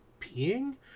peeing